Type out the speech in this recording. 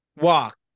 walk